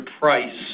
price